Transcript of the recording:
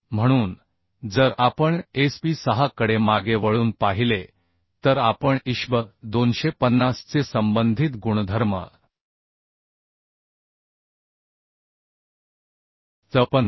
म्हणून जर आपण SP 6 कडे मागे वळून पाहिले तर आपण ISHB 250 चे संबंधित गुणधर्म 54